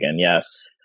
yes